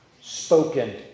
Spoken